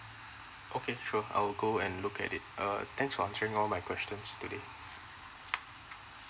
uh okay sure I'll go and look at it uh thanks for answering all my question today